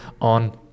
on